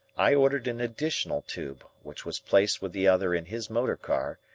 i ordered an additional tube, which was placed with the other in his motor-car,